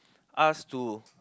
us to